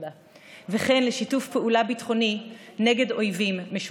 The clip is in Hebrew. וכן לשיתוף פעולה ביטחוני נגד אויבים משותפים.